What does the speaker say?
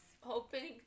Hoping